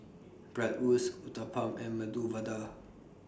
Bratwurst Uthapam and Medu Vada